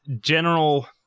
general